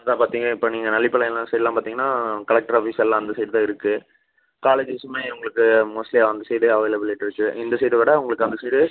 அதுதான் பார்த்தீங்கன்னா இப்போ நீங்கள் நல்லிப்பாளையம்லாம் சைடெலாம் பார்த்தீங்கன்னா கலெக்ட்ரு ஆஃபீஸ் எல்லாம் அந்த சைடு தான் இருக்குது காலேஜஸுமே உங்களுக்கு மோஸ்ட்லி அந்த சைடே அவைலபிலிட்டிருக்குது இந்த சைடை விட உங்களுக்கு அந்த சைடு